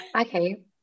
Okay